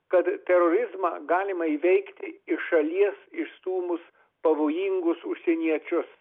kad terorizmą galima įveikti iš šalies išstūmus pavojingus užsieniečius